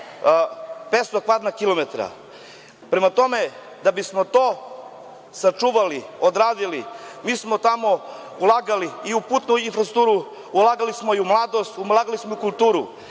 500 kvadratnih kilometara. Prema tome, da bismo to sačuvali, odradili, mi smo tamo ulagali i u putnu infrastrukturu, ulagali smo u mladost, kulturu. Imamo kulturne